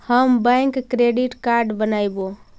हम bank credit card बनैवो?